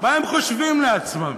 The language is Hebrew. מה הם חושבים לעצמם?